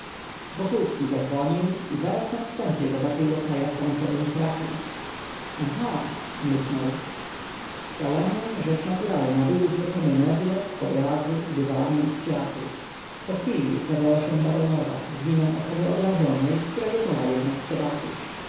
wokulski zadzwonił i zaraz na wstępie zobaczył lokaja w pąsowym fraku aha mruknął w salonie rzecz naturalna były złocone meble obrazy dywany i kwiaty pochwili ukazała się baronowa z miną osoby obrażonej która gotowa jednak przebaczyć